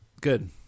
Good